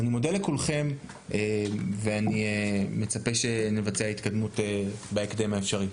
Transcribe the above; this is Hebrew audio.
אני מודה לכולכם ואני מצפה שנבצע התקדמות בהקדם האפשרי.